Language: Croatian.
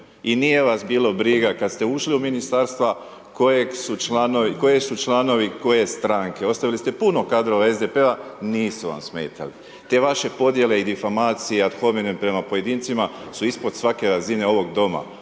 i nije vas bilo briga kad ste ušli u ministarstva koji su članovi koje stranke, ostavili ste puno kadrova SDP-a, nisu vam smetali. Te vaše podjele i difamacija, ad hominem prema pojedincima su ispod svake razine ovog Doma,